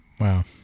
wow